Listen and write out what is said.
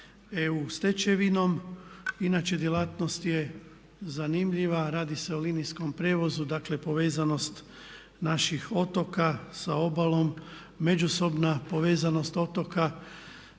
EU stečevinom. Inače djelatnost je zanimljiva, radi se o linijskom prijevozu, dakle povezanost naših otoka sa obalom, međusobna povezanost otoka